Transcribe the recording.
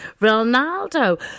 Ronaldo